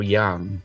young